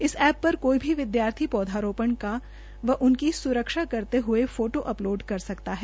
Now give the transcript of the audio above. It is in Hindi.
इस एप्प पर कोई भी विद्यार्थी पौधारोपण व उनकी सुरक्षा करते हुये फोटो अपलोड कर सकता है